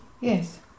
Yes